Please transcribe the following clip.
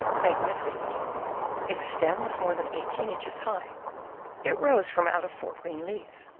magnificent its stem was more than eighteen inches high it rose from out of four green leaves,